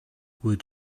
would